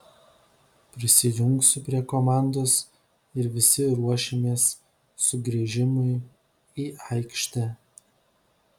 prisijungsiu prie komandos ir visi ruošimės sugrįžimui į aikštę